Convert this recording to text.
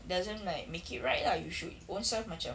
doesn't like make it right lah you should own self macam